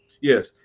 Yes